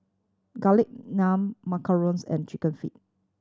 Garlic Naan macarons and Chicken Feet